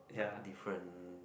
like different